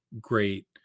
great